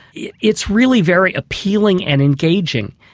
yeah it's really very appealing and engaging.